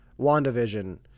wandavision